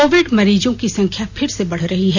Covid मरीजों की संख्या फिर से बढ़ रही है